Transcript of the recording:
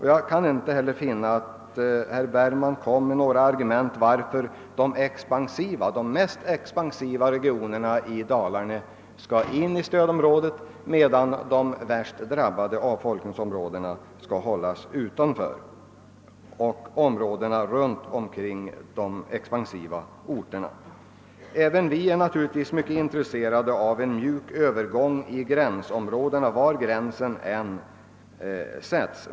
Herr Bergman kom inte heller med några argument för att de mest expansiva regionerna i Dalarna skall tillhöra stödområdet, medan de värst utsatta avfolkningsområdena och områdena runt omkring de expansiva orterna skall hållas utanför. Även vi är mycket intresserade av en mjuk övergång av lokaliseringsstödet i gränsområdena, var gränsen än dras.